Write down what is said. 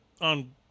on